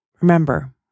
remember